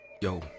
Yo